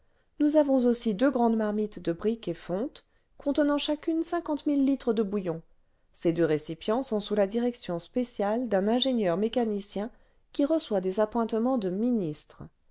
nous avons aussi deux grandes marmites de briques et fonte contenant chacune cinquante mille litres de bouillon ces deux récipients sont sous la direction spéciale d'uu ingénieur mécanicien qui reçoit des appointements de ministre